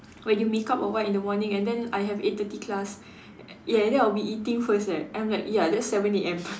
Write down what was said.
when you makeup or what in the morning and then I have eight thirty class yeah and then I'll be eating first right I'm like ya that's seven A_M